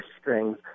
strings